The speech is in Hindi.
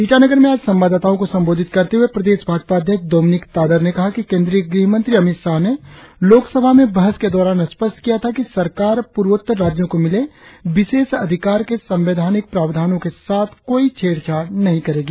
ईटानगर में आज संवाददाताओ को संबोधित करते हुए प्रदेश भाजपा उपाध्यक्ष दोमिनिक तादर ने कहा कि केद्रीय गृहमंत्री अमित शाह ने लोकसभा में बहस के दौरान स्पष्ट किया था कि सरकार पूर्वोत्तर राज्यों को मिले विशेष अधिकार के सर्वैधानिक प्रावधानो के साथ कोई छेड़छाड़ नही करेगी